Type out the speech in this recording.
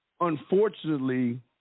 Unfortunately